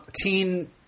teen